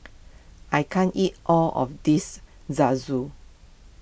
I can't eat all of this Zosui